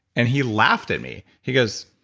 and he laughed at me. he goes,